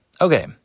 Okay